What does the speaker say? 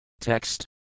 Text